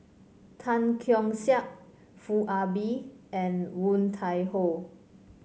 Tan Keong Saik Foo Ah Bee and Woon Tai Ho